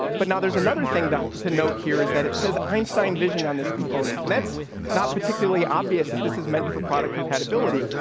but now there's another thing to note here is that it says einstein vision on this component, and that's not particularly obvious that this is meant for product compatibility.